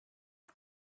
per